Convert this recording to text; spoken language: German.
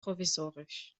provisorisch